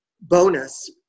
bonus